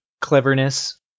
cleverness